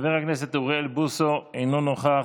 חבר הכנסת אוריאל בוסו, אינו נוכח,